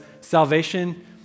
salvation